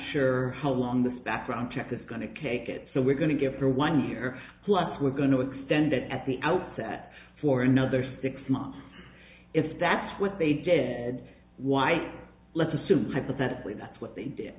sure how long this background check is going to kc it so we're going to give her one year plus we're going to extend that at the outset for another six months if that's what they did why let's assume hypothetically that's what they did